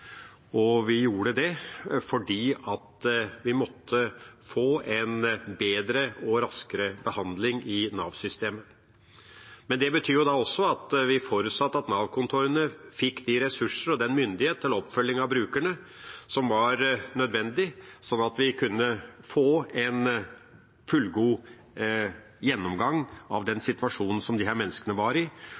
Vi gjorde det fordi vi måtte få en bedre og raskere behandling i Nav-systemet. Men det betyr også at vi forutsatte at Nav-kontorene fikk de ressurser og den myndighet til oppfølging av brukerne som var nødvendig, sånn at vi kunne få en fullgod gjennomgang av den situasjonen som disse menneskene var i,